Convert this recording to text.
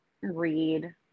read